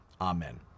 Amen